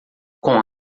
com